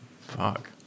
Fuck